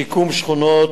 שיקום שכונות,